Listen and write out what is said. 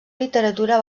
literatura